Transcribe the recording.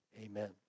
Amen